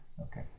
Okay